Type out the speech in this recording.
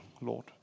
Lord